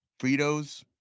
Fritos